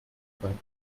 beim